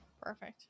Perfect